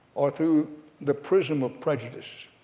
are through the prism of prejudice,